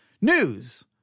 News